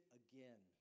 again